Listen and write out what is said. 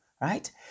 right